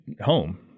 home